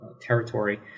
territory